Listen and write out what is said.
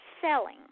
selling